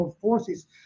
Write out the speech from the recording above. forces